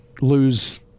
lose